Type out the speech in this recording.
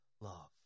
love